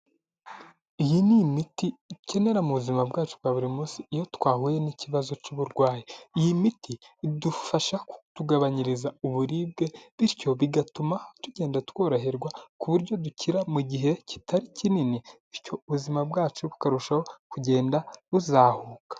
Iyi n’imiti dukenera mu buzima bwacu bwa buri munsi. Iyo twahuye n'ikibazo cy'uburwayi, iyi miti idufasha kutugabanyiriza uburibwe, bityo bigatuma tugenda tworoherwa ku buryo dukira mu gihe kitari kinini, bityo ubuzima bwacu bukarushaho kugenda buzahuka.